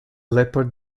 leopard